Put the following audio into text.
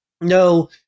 No